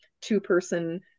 two-person